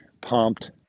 pumped